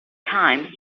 time